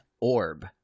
orb